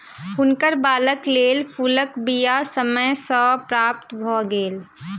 हुनकर बागक लेल फूलक बीया समय सॅ प्राप्त भ गेल